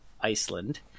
Iceland